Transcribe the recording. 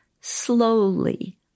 slowly